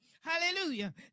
Hallelujah